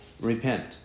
repent